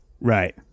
Right